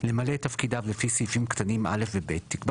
למלא את תפקידיו לפי סעיפים קטנים א' וב' תקבע